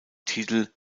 titel